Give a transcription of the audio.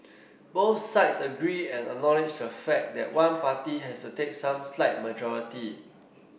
both sides agree and acknowledge the fact that one party has to take some slight majority